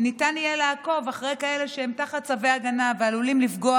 ניתן יהיה לעקוב אחרי כאלה שהם תחת צווי הגנה ועלולים לפגוע